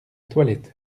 toilette